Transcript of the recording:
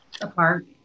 apart